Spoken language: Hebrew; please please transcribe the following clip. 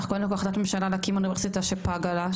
--- החלטת ממשלה להקים אוניברסיטה שפגה לה,